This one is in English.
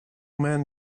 men